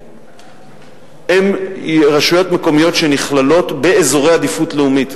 הן רשויות מקומיות שנכללות באזורי עדיפות לאומית,